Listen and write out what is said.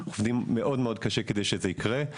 עובדים מאוד מאוד קשה כדי שזה יקרה,